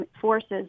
forces